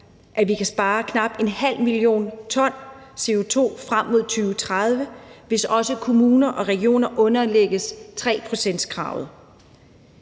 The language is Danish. at vi kan spare knap 0,5 mio. t CO2 frem mod 2030, hvis også kommuner og regioner underlægges 3-procentskravet,